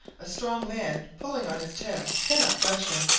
a strong man pulling on his tail cannot budge him.